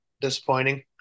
disappointing